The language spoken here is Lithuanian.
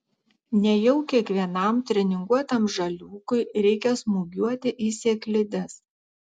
nejau kiekvienam treninguotam žaliūkui reikia smūgiuoti į sėklides